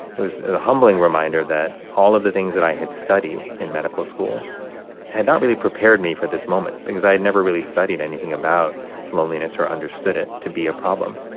it was a humbling reminder that all of the things that i had studied in medical school had not really prepared me for this moment because i had never really studied anything about loneliness or understood it to be a problem.